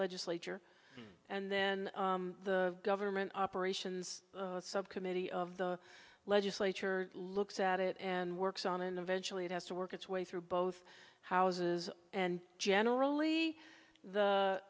legislature and then the government operations subcommittee of the legislature looks at it and works on and eventually it has to work its way through both houses and generally the